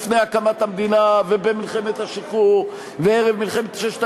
לפני הקמת המדינה ובמלחמת השחרור וערב מלחמת ששת